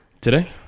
Today